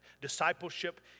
Discipleship